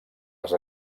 les